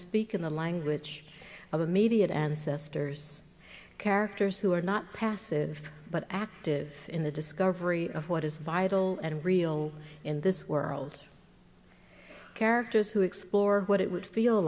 speak in the language of immediate ancestors characters who are not passive but active in the discovery of what is vital and real in this world characters who explore what it would feel